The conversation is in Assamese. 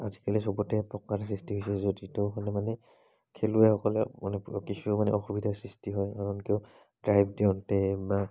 আজিকালি সবতে পকাৰ যদিও মানে খেলুৱৈসকলে মানে কিছু মানে অসুবিধাৰ সৃষ্টি হয় কাৰণ কিয় ড্ৰাইভ দিওঁতে বা